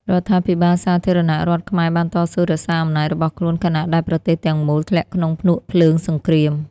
រដ្ឋាភិបាលសាធារណរដ្ឋខ្មែរបានតស៊ូរក្សាអំណាចរបស់ខ្លួន ខណៈដែលប្រទេសទាំងមូលធ្លាក់ក្នុងភ្នក់ភ្លើងសង្គ្រាម។